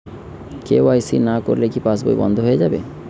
KYC না করলে কি পাশবই বন্ধ হয়ে যাবে?